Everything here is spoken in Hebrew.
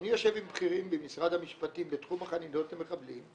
אני יושב עם בכירים במשרד המשפטים בתחום החנינות למחבלים,